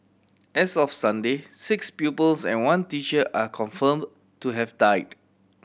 as of Sunday six pupils and one teacher are confirm to have died